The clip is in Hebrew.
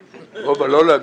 זאת.